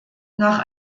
nach